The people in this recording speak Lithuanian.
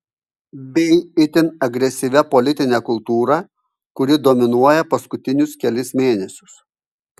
bei itin agresyvia politine kultūra kuri dominuoja paskutinius kelis mėnesius